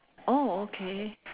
oh okay